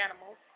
animals